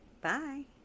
bye